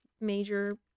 major